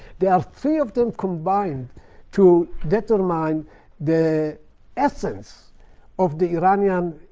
there are three of them combined to determine the essence of the iranian